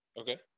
Okay